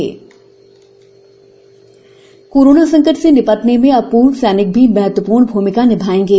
पूर्व सैनिक मदद कोरोना संकट से निपटने में अब पूर्व सैनिक भी महत्वपूर्ण भूमिका निभाएंगे